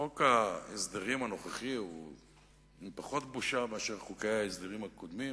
חוק ההסדרים הנוכחי הוא עם פחות בושה מאשר חוקי ההסדרים הקודמים.